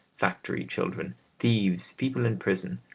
factory children, thieves, people in prison,